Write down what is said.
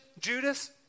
Judas